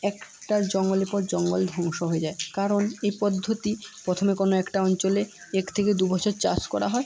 একটা জঙ্গলের পর জঙ্গল ধ্বংস হয়ে যায় কারণ এই পদ্ধতি প্রথমে কোনো একটা অঞ্চলে এক থেকে দুবছর চাষ করা হয়